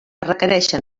requereixen